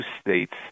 states